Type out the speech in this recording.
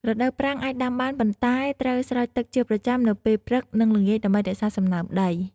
រដូវប្រាំង អាចដាំបាន ប៉ុន្តែត្រូវស្រោចទឹកជាប្រចាំនៅពេលព្រឹក និងល្ងាចដើម្បីរក្សាសំណើមដី។